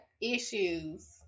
issues